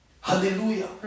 Hallelujah